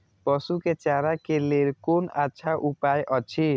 पशु के चारा के लेल कोन अच्छा उपाय अछि?